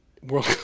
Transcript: World